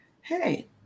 Hey